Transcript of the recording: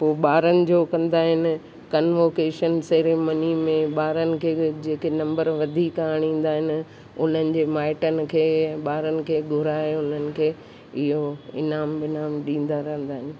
पोइ ॿारनि जो कंदा आहिनि कंवोकेशन सेरेमनी में ॿारनि खे जेके नम्बर वधीक आणींदा आहिनि उन्हनि जे माइटनि खे ऐं ॿारनि खे घुराए इहो इनाम ॿिनाम ॾींदा रहंंदा आहिनि